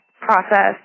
process